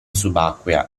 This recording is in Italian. subacquea